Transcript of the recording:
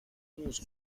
onze